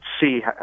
see